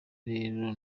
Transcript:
rero